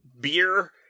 beer